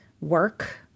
work